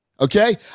Okay